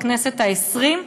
בכנסת העשרים,